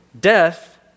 Death